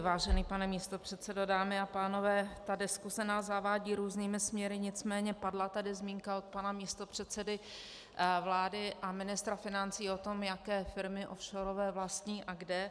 Vážený pane místopředsedo, dámy a pánové, diskuse nás zavádí různými směry, nicméně padla tady zmínka od pana místopředsedy vlády a ministra financí o tom, jaké offshorové firmy vlastní a kde.